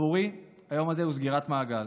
עבורי היום הזה הוא סגירת מעגל.